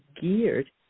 geared